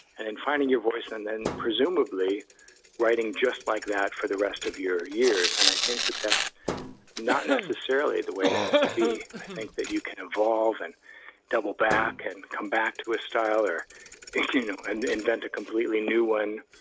and then finding your voice and then presumably writing just like that for the rest of your years. and i think that that's not necessarily the way it has to be. i think that you can evolve and double back and come back to a stihler, you know, and invent a completely new one.